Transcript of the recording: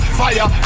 fire